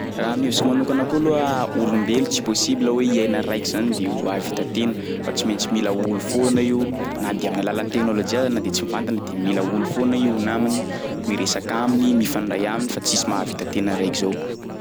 Raha amin'ny hevitriko manokana koa aloha, olombelo tsy possible hoe iaina raiky zany de ho ahavita tena fa tsy maintsy mila olo foana io na de amin'ny alalan'ny teknôlôjia ary na de tsy mivantana de mila olo foana i ho namany miresaka aminy, mifandray aminy fa tsisy mahavita tena raiky zao.